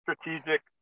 strategic